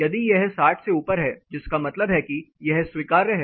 यदि यह 60 से ऊपर है जिसका मतलब है कि यह स्वीकार्य है